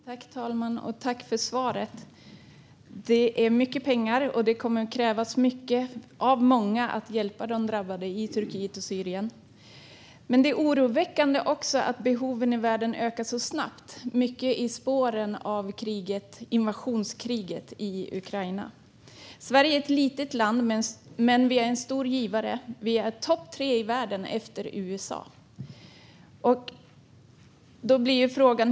Fru talman! Tack, statsrådet, för svaret! Det är mycket pengar, och det kommer att krävas mycket av många för att hjälpa de drabbade i Turkiet och Syrien. Men det är också oroväckande att behoven i världen ökar så snabbt, särskilt i spåren av invasionskriget i Ukraina. Sverige är ett litet land, men vi är en stor givare. Vi är topp tre i världen efter till exempel USA.